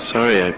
Sorry